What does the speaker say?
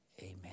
amen